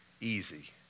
easy